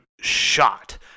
shot